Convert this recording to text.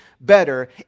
better